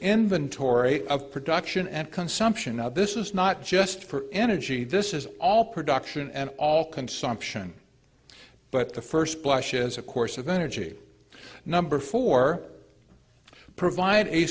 inventory of production and consumption of this is not just for energy this is all production and all consumption but the first blush is of course of energy number four provide a